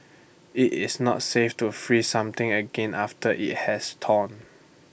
IT is not safe to freeze something again after IT has torn